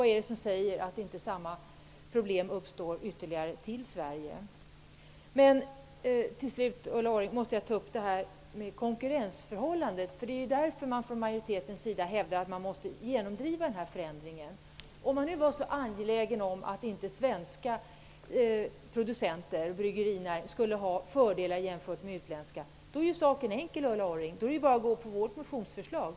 Vad är det som säger att samma problem inte kan komma att uppstå i motsatt riktning -- till Sverige? Låt mig, Ulla Orring ta upp frågan om konkurrensförhållandet. Från utskottsmajoritetens sida hävdas ju att den här förändringen måste genomdrivas av det skälet. Om man nu är så angelägen om att svenska producenter i bryggerinäringen, inte skall ha fördelar framför den utländska bryggerinäringen är det bara att yrka bifall till Vänsterpartiets motionsförslag.